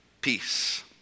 peace